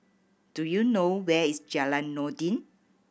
do you know where is Jalan Noordin